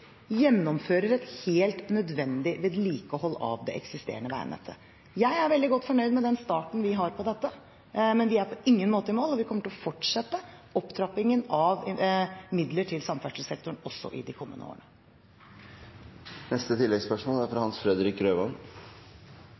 eksisterende veinettet. Jeg er veldig godt fornøyd med den starten vi har på dette, men vi er på ingen måte i mål, og vi kommer til å fortsette opptrappingen av midler til samferdselssektoren også i de kommende årene.